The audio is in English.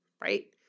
Right